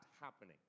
happening